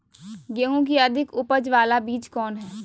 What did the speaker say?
गेंहू की अधिक उपज बाला बीज कौन हैं?